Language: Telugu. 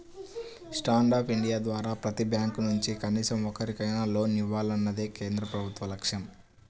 స్టాండ్ అప్ ఇండియా ద్వారా ప్రతి బ్యాంకు నుంచి కనీసం ఒక్కరికైనా లోన్ ఇవ్వాలన్నదే కేంద్ర ప్రభుత్వ లక్ష్యం